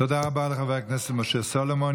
תודה רבה לחבר הכנסת משה סולומון.